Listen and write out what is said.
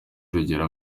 urugero